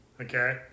Okay